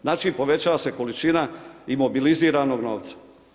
Znači povećava se količina imobiliziranog novca.